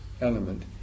element